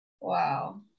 Wow